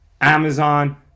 Amazon